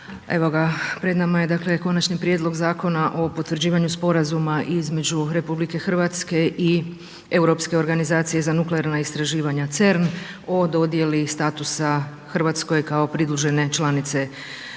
pred nama je dakle Konačni prijedlog Zakona o potvrđivanju sporazuma između RH i Europske organizacije za nuklearna istraživanja (CERN) o dodjeli statusa Hrvatskoj kao pridružene članice CERN-u,